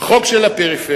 חוק של הפריפריה.